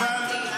לא הבנתי.